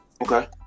Okay